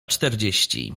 czterdzieści